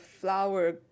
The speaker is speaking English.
flower